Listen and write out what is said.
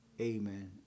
Amen